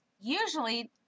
usually